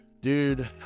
dude